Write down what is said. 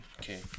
Okay